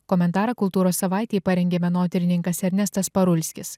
komentarą kultūros savaitei parengė menotyrininkas ernestas parulskis